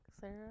Sarah